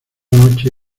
noche